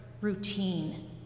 routine